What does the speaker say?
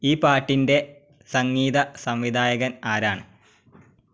ഈ പാട്ടിന്റെ സംഗീത സംവിധായകന് ആരാണ്